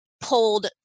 pulled